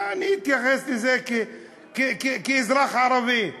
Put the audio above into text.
מה אני אתייחס לזה כאזרח ערבי במדינה.